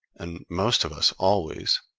and most of us, always,